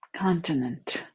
Continent